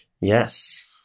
Yes